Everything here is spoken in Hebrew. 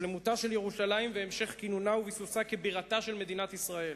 שלמותה של ירושלים והמשך כינונה וביסוסה כבירתה של מדינת ישראל.